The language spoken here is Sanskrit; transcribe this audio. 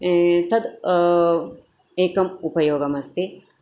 तत् एकम् उपयोगम् अस्ति